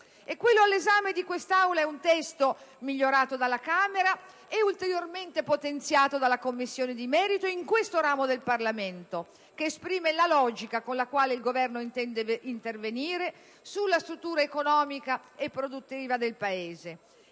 quello all'esame dell'Aula è un testo migliorato dalla Camera e ulteriormente potenziato dalla Commissione di merito in questo ramo del Parlamento, che esprime la logica con la quale il Governo intende intervenire sulla struttura economica e produttiva del Paese.